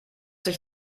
sich